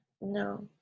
No